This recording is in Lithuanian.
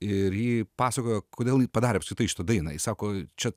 ir ji pasakojo kodėl ji padarė apskritai šitą dainą sako čia